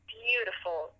beautiful